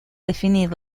definir